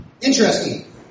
Interesting